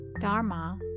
Dharma